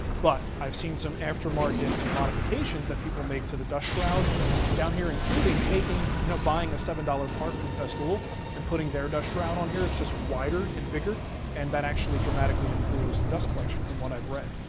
but i've seen some after market modifications that people made to the dust shroud down here, including you know buying a seven dollar part from festool and putting their dust shroud on here. it's just wider and bigger and that actually dramatically improves the dust collection from what i've read.